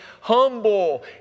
humble